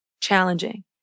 challenging